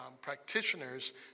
practitioners